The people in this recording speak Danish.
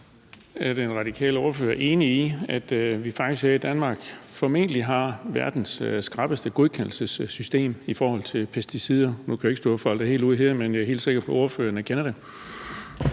Er den radikale ordfører enig i, at vi faktisk her i Danmark formentlig har verdens skrappeste godkendelsessystem i forhold til pesticider? Nu kan jeg jo ikke stå og folde det helt ud her, men jeg er helt sikker på, at ordføreren kender det.